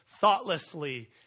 thoughtlessly